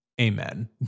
Amen